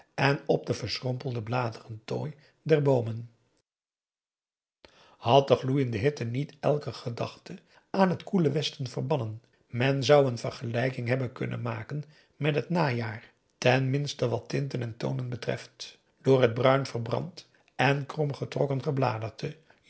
en op den verschrompelden bladerentooi der boomen had de gloeiende hitte niet elke gedachte aan het koele westen verbannen men zou een vergelijking hebben kunnen maken met het najaar ten minste wat tinten en tonen betreft door het bruin verbrand en krom getrokken gebladerte